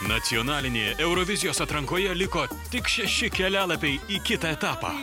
nacionalinėje eurovizijos atrankoje liko tik šeši kelialapiai į kitą etapą